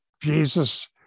Jesus